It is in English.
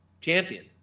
champion